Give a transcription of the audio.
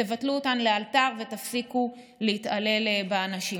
בטלו אותן לאלתר והפסיקו להתעלל באנשים.